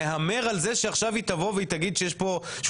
נהמר על זה שעכשיו היא תבוא והיא תגיד שהוא עבר